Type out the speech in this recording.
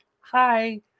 Hi